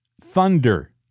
thunder